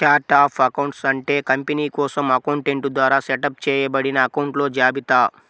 chart of accounts అంటే company కోసం accountant ద్వారా సెటప్ చేయబడిన అకొంట్ల జాబితా